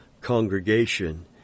congregation